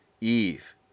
Eve